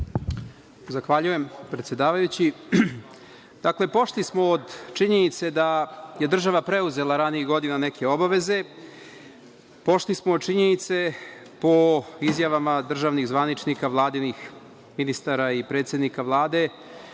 Zahvaljujem, predsedavajući. Dakle, pošli smo od činjenice da je država preuzela ranijih godina neke obaveze. Pošli smo od činjenice, po izjavama državnih zvaničnika vladinih ministara i predsednika Vlade,